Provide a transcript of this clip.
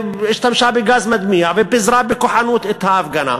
השתמשה בגז מדמיע ופיזרה בכוחנות את ההפגנה.